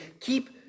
Keep